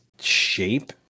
shape